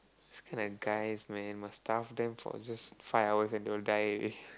this kind of guys man must tough them for just five hours and they'll die already